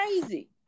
crazy